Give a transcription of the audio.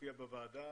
ולהופיע בוועדה.